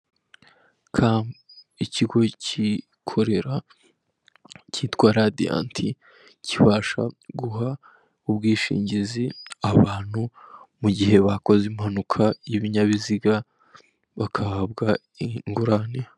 Ugize ejo hezo ukazigamira umwana wawe ku buryo ushobora kugira ikibazo, yamafaranga bakayamuhereza cyangwa se waba uri umusore warabikoze hakiri kare, ukagenda bagahita bayaguhereza ushobora kubaka nibwo buryo bashyizeho. Urabona ko hano rero ni urubyiruko ndetse n'abandi bari kubyamamaza rwose bari kumwe n'inzego z'umutekano niba ndi kureba neza.